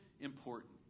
important